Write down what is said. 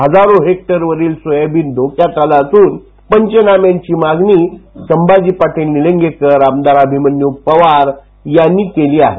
हजारो हेक्टरवरील सोयाबीन धोक्यात आल असून पंचनाम्याची मागणी संभाजी पाटील निलंगेकर आमदार अभिमन्यु पवार यांनी केलेली आहे